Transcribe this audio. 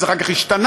זה אחר כך השתנה,